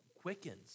quickens